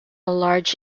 large